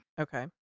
Okay